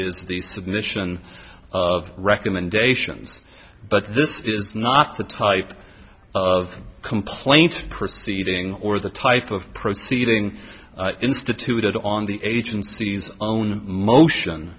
is the submission of recommendations but this is not the type of complaint proceeding or the type of proceeding instituted on the agency's own motion